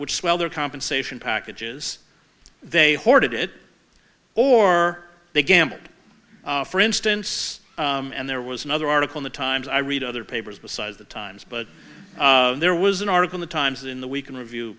which swell their compensation packages they hoarded it or they gambled for instance and there was another article in the times i read other papers besides the times but there was an article the times in the week in review